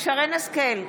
שרן מרים השכל,